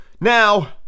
now